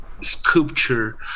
sculpture